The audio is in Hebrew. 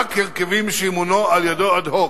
רק הרכבים שימונו על-ידו אד-הוק.